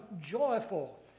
joyful